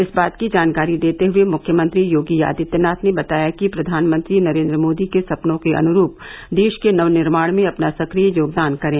इस बात की जानकारी देते हुये मुख्यमंत्री योगी आदित्यनाथ ने बताया कि धानमंत्री नरेन्द्र मोदी के सपनों के अनुरूप देश के नव निर्माण में अपना सक्रिय योगदान करें